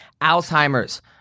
Alzheimer's